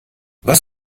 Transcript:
was